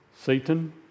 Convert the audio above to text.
Satan